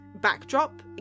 backdrop